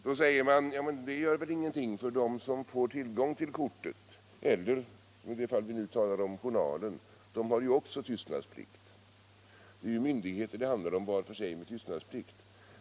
Då säger man: Det gör väl ingenting, för de som får tillgång till kortet eller, i det fall vi talar om, journalen har ju också tystnadsplikt. Det är ju myndigheter med tystnadsplikt det handlar om.